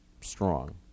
strong